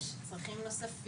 יש צרכים נוספים,